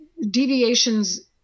Deviations